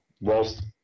whilst